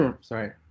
Sorry